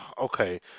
Okay